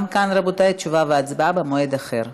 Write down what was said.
גם כאן, רבותי, תשובה והצבעה במועד אחר.